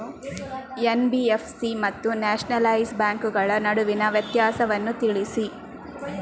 NBFC ಮತ್ತು nationalise ಬ್ಯಾಂಕುಗಳ ನಡುವಿನ ವ್ಯತ್ಯಾಸವನ್ನು ತಿಳಿಸಿ?